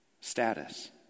status